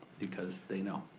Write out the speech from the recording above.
because they know.